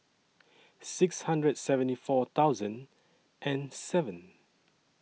six hundred seventy four thousand and seven